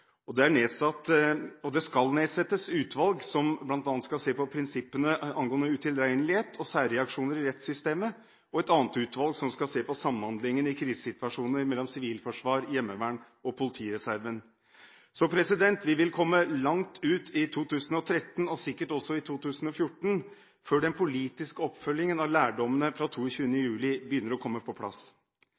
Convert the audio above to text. Det er nedsatt og skal nedsettes et utvalg som bl.a. skal se på prinsippene angående utilregnelighet og særreaksjoner i rettssystemet. Et annet utvalg skal se på samhandlingen i krisesituasjoner mellom sivilforsvar, hjemmevern og politireserve. Så vi vil komme langt ut i 2013, og sikkert også i 2014, før den politiske oppfølgingen av lærdommene fra 22. juli begynner å komme på plass.